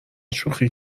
شوخی